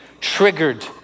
triggered